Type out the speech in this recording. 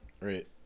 Right